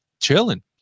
chilling